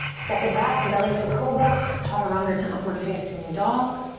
step it back, belly to cobra, chaturanga to upward facing dog.